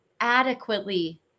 adequately